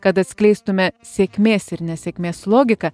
kad atskleistume sėkmės ir nesėkmės logiką